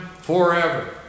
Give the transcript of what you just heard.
forever